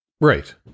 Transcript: Right